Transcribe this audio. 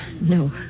No